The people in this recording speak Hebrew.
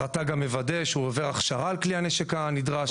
רט"ג גם מוודא שהוא עובר הכשרה על כלי הנשק הנדרש.